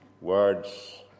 words